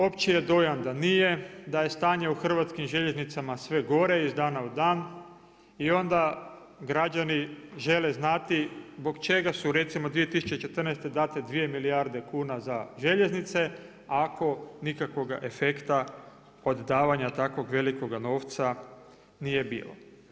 Opći je dojam da nije, da je stanje u Hrvatskim željeznicama sve gore iz dana u dan i onda građani žele znati zbog čega su recimo 2014. date 2 milijarde kuna za željeznice ako nikakvoga efekta od davanja takvog velikoga novca nije bilo.